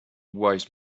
wise